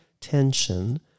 tension